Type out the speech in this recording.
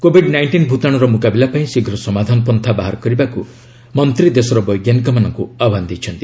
Covid nineteen ଭୂତାଣୁର ମୁକାବିଲା ପାଇଁ ଶୀଘ୍ର ସମାଧାନ ପନ୍ଥା ବାହାର କରିବାକୁ ମନ୍ତ୍ରୀ ଦେଶର ବୈଜ୍ଞାନିକମାନଙ୍କୁ ଆହ୍ୱାନ ଦେଇଛନ୍ତି